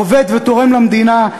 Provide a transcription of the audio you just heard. עובד ותורם למדינה,